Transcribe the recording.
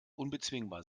unbezwingbar